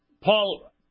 Paul